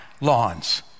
lawns